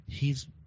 hes